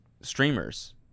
streamers